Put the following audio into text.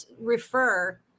refer